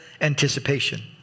anticipation